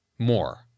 more